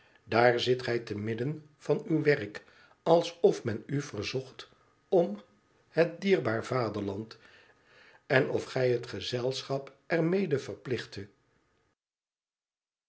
daar zit gij te midden van uw werk abof men u verzocht om het dierbaar vaderland en of gij het gezelschap er mede verplichttet